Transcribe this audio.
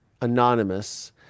anonymous